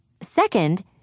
Second